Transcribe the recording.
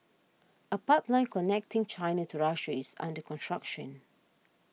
a pipeline connecting China to Russia is under construction